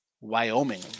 Wyoming